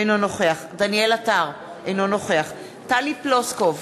אינו נוכח דניאל עטר, אינו נוכח טלי פלוסקוב,